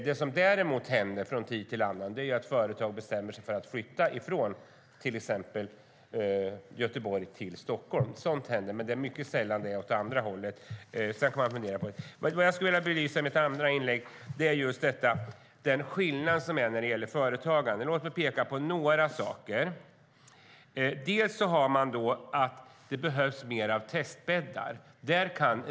Det som däremot händer från tid till annan är att företag bestämmer sig för att flytta från till exempel Göteborg till Stockholm. Sådant händer, men det är mycket sällan det är åt det andra hållet. I mitt andra inlägg skulle jag vilja belysa skillnaden när det gäller företagande. Låt mig peka på några saker. Det behövs mer testbäddar.